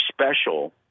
special